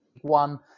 one